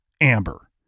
Amber